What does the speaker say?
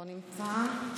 לא נמצא,